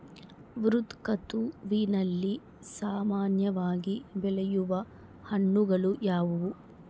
ಝೈಧ್ ಋತುವಿನಲ್ಲಿ ಸಾಮಾನ್ಯವಾಗಿ ಬೆಳೆಯುವ ಹಣ್ಣುಗಳು ಯಾವುವು?